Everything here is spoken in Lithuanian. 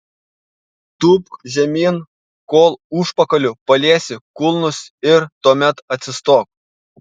tūpk žemyn kol užpakaliu paliesi kulnus ir tuomet atsistok